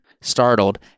Startled